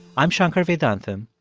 i'm shankar vedantam,